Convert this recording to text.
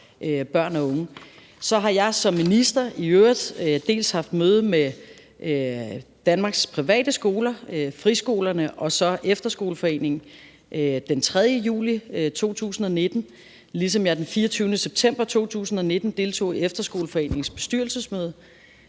Så har jeg som minister i øvrigt haft møde med Danmarks Private Skoler, friskolerne og Efterskoleforeningen den 3. juli 2019, ligesom jeg den 24. september 2019 deltog i Efterskoleforeningens bestyrelsesmøde